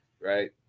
right